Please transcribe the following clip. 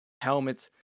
Helmets